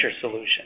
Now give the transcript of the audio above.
solution